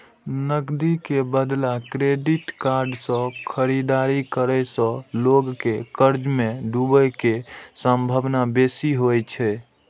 नकदी के बदला क्रेडिट कार्ड सं खरीदारी करै सं लोग के कर्ज मे डूबै के संभावना बेसी होइ छै